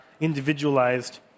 individualized